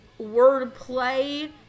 wordplay